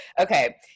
okay